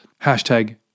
Hashtag